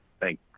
Thank